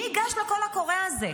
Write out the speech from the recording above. מי ייגש לקול הקורא הזה?